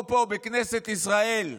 פה, פה, בכנסת ישראל,